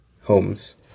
homes